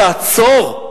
תעצור,